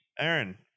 Aaron